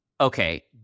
okay